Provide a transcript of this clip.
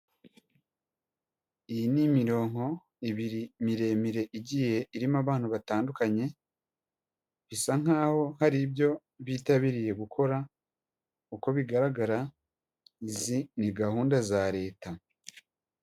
Iyi ni imirongo ibiri miremire igiye irimo abantu batandukanye bisa nkaho hari ibyo bitabiriye gukora uko bigaragara izi ni gahunda za leta.